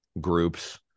groups